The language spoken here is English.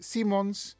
Simons